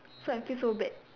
so I feel so bad